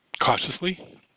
cautiously